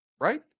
right